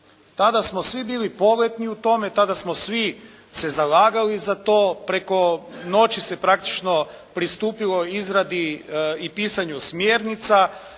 Tada smo svi bili poletni u tome, tada smo svi se zalagali za to, preko noći se praktično pristupilo izradi i pisanju smjernica.